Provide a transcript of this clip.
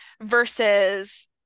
versus